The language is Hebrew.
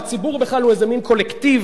הציבור בכלל הוא איזה מין קולקטיב.